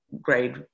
grade